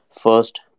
first